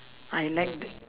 I like the